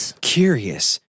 Curious